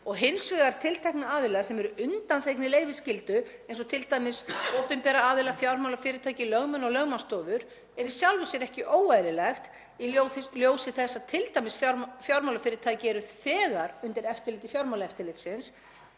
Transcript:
og hins vegar tiltekna aðila sem eru undanþegnir leyfisskyldu eins og t.d. opinbera aðila, fjármálafyrirtæki, lögmenn og lögmannsstofur er í sjálfu sér ekki óeðlilegt í ljósi þess að t.d. fjármálafyrirtæki eru þegar undir eftirliti Fjármálaeftirlitsins